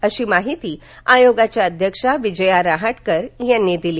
ही माहिती आयोगाच्या अध्यक्षा विजया रहाटकर यांनी दिली